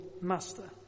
master